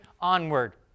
onward